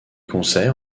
concerts